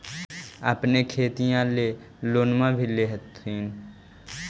अपने खेतिया ले लोनमा भी ले होत्थिन?